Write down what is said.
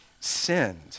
sinned